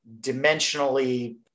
dimensionally